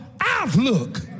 outlook